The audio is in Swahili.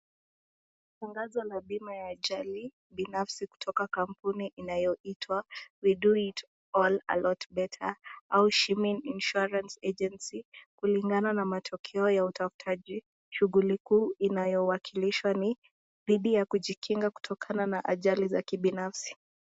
Tangazo la bima ya ajali binafsi kutoka kampuni inayoitwa,(cs)We (cs) do(cs) it (cs) all(cs) a (cs)lot (cs)better(cs) au Shimin(cs) Insurance (cs) Agency(cs) kulingana na matokeo ya utafutaji, shughuli kuu inayowakilishwa ni dhidi ya kujikinga kutokana na ajali za kibinafsi.